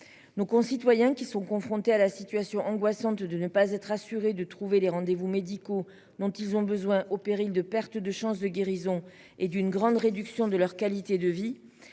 Nos concitoyens qui sont confrontés à la situation angoissante de ne pas être assurés de trouver des rendez-vous médicaux dont ils ont besoin au péril de perte de chances de guérison et d'une grande réduction de leur qualité de vie.